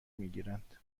میگیرند